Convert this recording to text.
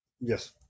Yes